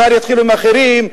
מחר יתחילו עם האחרים,